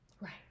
Right